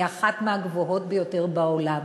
היא אחת מהגבוהות ביותר בעולם,